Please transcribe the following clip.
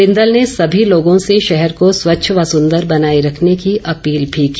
बिंदल ने सभी लोगों से शहर को स्वच्छ व सुंदर बनाए रखने की अपील भी की